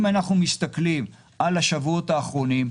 אם אנחנו מסתכלים על השבועות האחרונים,